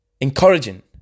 encouraging